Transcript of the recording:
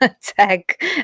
tag